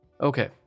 Okay